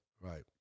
Right